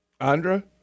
Andra